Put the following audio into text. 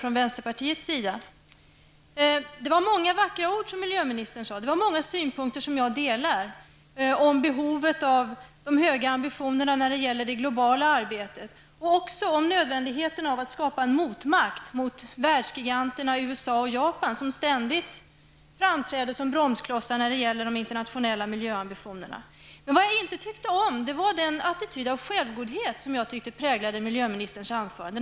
Miljöministern yttrade många vackra ord och hade många synpunkter som jag delar; behovet av höga ambitioner avseende det globala arbetet och nödvändigheten av att skapa en motvikt mot världsgiganterna USA och Japan, som ständigt framträder som bromsklossar när det gäller de internationella miljöambitionerna. Det jag inte tyckte om var den attityd av självgodhet som jag tyckte präglade miljöministerns anförande.